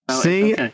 See